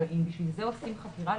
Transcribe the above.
לשם כך עושים חקירה אפידמיולוגית.